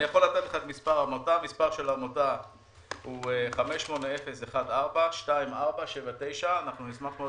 מספר העמותה הוא 580142479. אנחנו נשמח מאוד